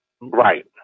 Right